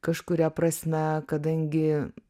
kažkuria prasme kadangi